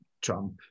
Trump